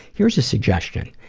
here's a suggestion.